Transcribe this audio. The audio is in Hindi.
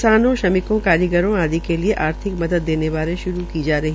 किसानों श्रमिकों कारीगरों आदि के लिये आर्थिक मदद देने बारे श्रू की जायेगी